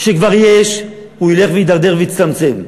שכבר יש, הוא ילך ויתדרדר ויצטמצם,